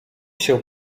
się